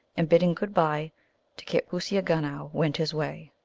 and, bidding good by to kitpooseagunow, went his way.